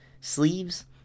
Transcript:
sleeves